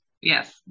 Yes